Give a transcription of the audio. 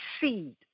seed